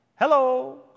hello